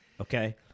okay